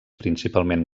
principalment